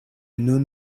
nun